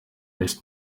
miss